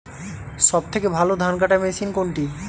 সবথেকে ভালো ধানকাটা মেশিন কোনটি?